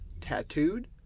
tattooed